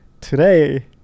today